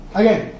again